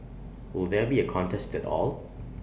would there be A contest at all